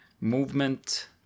movement